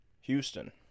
Houston